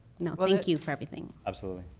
not thank you for everything. absolutely.